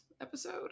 episode